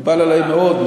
מקובל עלי מאוד.